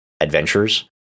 adventures